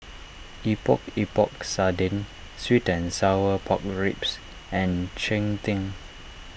Epok Epok Sardin Sweet and Sour Pork Ribs and Cheng Tng